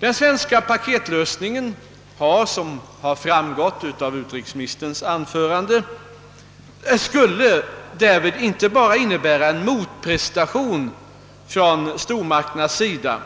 Den svenska »paketlösningen» skulle därvid, som framgått av utrikesministerns anförande, inte bara innebära en motprestation från stormakternas sida